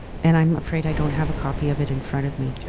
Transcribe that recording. and i'm afraid i don't have a copy of it in front of me.